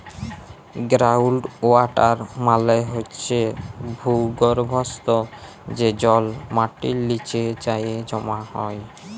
ground water মালে হছে ভূগর্ভস্থ যে জল মাটির লিচে যাঁয়ে জমা হয়